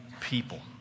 people